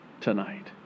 tonight